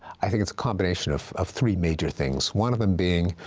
i think it's a combination of of three major things, one of them being,